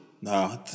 No